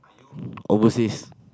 overseas